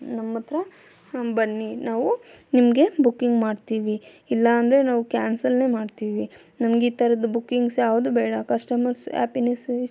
ನಮ್ಮ ಹತ್ರ ನಮ್ಮ ಬನ್ನಿ ನಾವು ನಿಮಗೆ ಬುಕ್ಕಿಂಗ್ ಮಾಡ್ತೀವಿ ಇಲ್ಲ ಅಂದರೆ ನಾವು ಕ್ಯಾನ್ಸೆಲ್ನೆ ಮಾಡ್ತೀವಿ ನಮ್ಗೆ ಈ ಥರದ್ದು ಬುಕ್ಕಿಂಗ್ಸ್ ಯಾವುದು ಬೇಡ ಕಸ್ಟಮರ್ಸ್ ಹ್ಯಾಪಿನೆಸ್ಸು